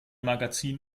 magazin